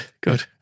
good